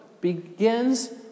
begins